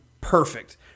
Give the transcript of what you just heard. perfect